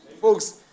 Folks